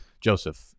Joseph